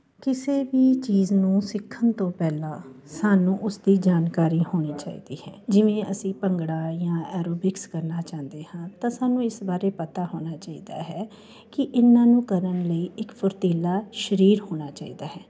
ਕਿਸੇ ਵੀ ਚੀਜ਼ ਨੂੰ ਸਿੱਖਣ ਤੋਂ ਪਹਿਲਾਂ ਸਾਨੂੰ ਉਸਦੀ ਜਾਣਕਾਰੀ ਹੋਣੀ ਚਾਹੀਦੀ ਹੈ ਜਿਵੇਂ ਅਸੀਂ ਭੰਗੜਾ ਜਾਂ ਐਰੋਬਿਕਸ ਕਰਨਾ ਚਾਹੁੰਦੇ ਹਾਂ ਤਾਂ ਸਾਨੂੰ ਇਸ ਬਾਰੇ ਪਤਾ ਹੋਣਾ ਚਾਈਦਾ ਹੈ ਕਿ ਇਨ੍ਹਾਂ ਨੂੰ ਕਰਨ ਲਈ ਇੱਕ ਫੁਰਤੀਲਾ ਸਰੀਰ ਹੋਣਾ ਚਾਹੀਦਾ ਹੈ